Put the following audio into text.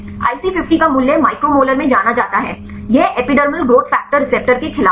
IC50 का मूल्य micromolar में जाना जाता है यह एपिडर्मल ग्रोथ फैक्टर रिसेप्टर के खिलाफ है